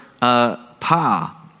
pa